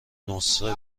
نسخه